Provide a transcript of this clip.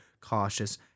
cautious